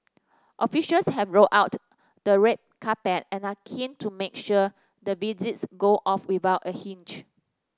officials have rolled out the red carpet and are keen to make sure the visits go off without a hitch